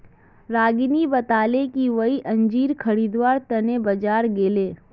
रागिनी बताले कि वई अंजीर खरीदवार त न बाजार गेले